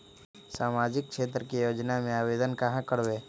सामाजिक क्षेत्र के योजना में आवेदन कहाँ करवे?